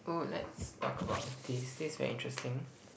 oh let's talk about this this is very interesting